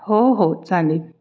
हो हो चालेल